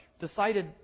decided